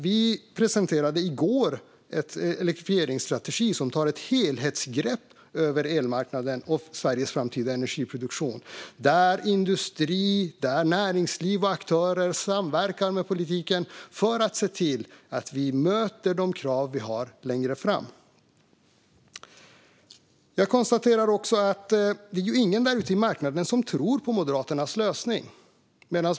Vi presenterade i går en elektrifieringsstrategi som tar ett helhetsgrepp om elmarknaden och Sveriges framtida energiproduktion, där industri och näringsliv och andra aktörer samverkar med politiken för att se till att vi möter de krav vi har längre fram. Jag konstaterar också att det inte finns någon ute på marknaden som tror på Moderaternas lösning.